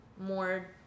more